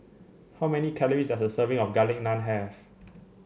how many calories does a serving of Garlic Naan have